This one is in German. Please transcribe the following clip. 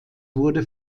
wurde